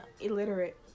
illiterate